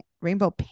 rainbow